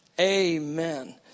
Amen